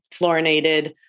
fluorinated